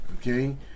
Okay